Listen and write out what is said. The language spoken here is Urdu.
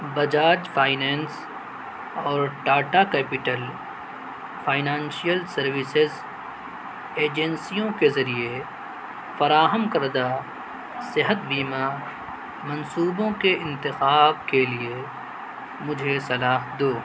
بجاج فائنینس اور Tata capital financial services ایجنسیوں کے ذریعے فراہم کردہ صحت بیمہ منصوبوں کے انتخاب کے لیے مجھے صلاح دو